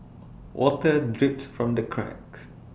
water drips from the cracks